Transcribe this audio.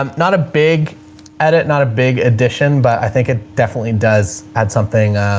um not a big edit not a big addition, but i think it definitely does add something,